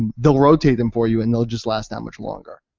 and they'll rotate them for you and they'll just last that much longer.